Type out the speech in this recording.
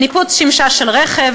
ניפוץ שמשה של רכב,